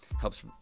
helps